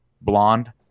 blonde